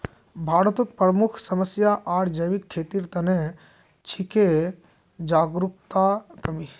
भारतत प्रमुख समस्या आर जैविक खेतीर त न छिके जागरूकतार कमी